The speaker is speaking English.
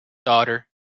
daughter